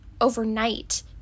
overnight